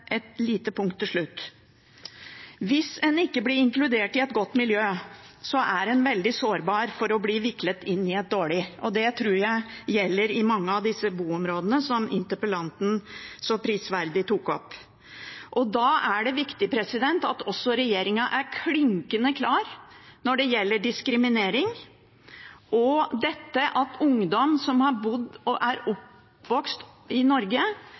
lite punkt til slutt: Hvis en ikke blir inkludert i et godt miljø, er en veldig sårbar for å bli viklet inn i et dårlig, og det tror jeg gjelder i mange av disse boområdene som interpellanten så prisverdig tok opp. Da er det viktig at regjeringen er klinkende klar når det gjelder diskriminering og dette at ungdom som er oppvokst i Norge,